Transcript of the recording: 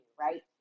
right